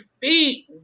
feet